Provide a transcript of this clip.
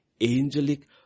angelic